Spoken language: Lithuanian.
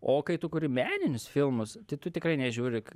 o kai tu kuri meninius filmus tai tu tikrai nežiūri k